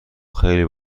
خیلی